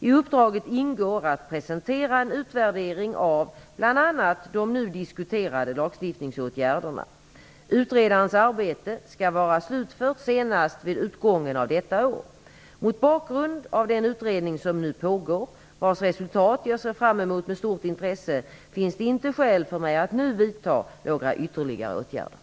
I uppdraget ingår att presentera en utvärdering av bl.a. de nu diskuterade lagstiftningsåtgärderna. Utredarens arbete skall vara slutfört senast vid utgången av detta år. Mot bakgrund av den utredning som nu pågår -- vars resultat jag ser fram emot med stort intresse -- finns det inte skäl för mig att nu vidta några ytterligare åtgärder.